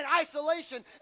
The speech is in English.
isolation